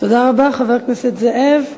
תודה רבה, חבר הכנסת זאב.